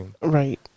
Right